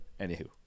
anywho